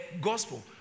gospel